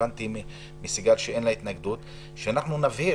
הבנתי מסיגל שאין לה התנגדות שאנחנו נבהיר